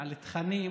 תכנים,